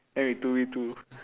then we two V two